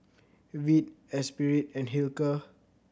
Veet Espirit and Hilker